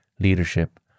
leadership